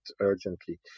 urgently